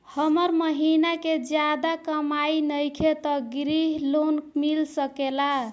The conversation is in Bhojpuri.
हमर महीना के ज्यादा कमाई नईखे त ग्रिहऽ लोन मिल सकेला?